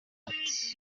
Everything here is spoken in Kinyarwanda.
ati